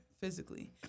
physically